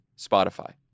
Spotify